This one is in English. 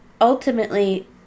Ultimately